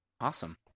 Awesome